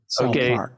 Okay